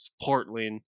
Portland